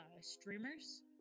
streamers